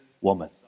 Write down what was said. woman